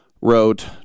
wrote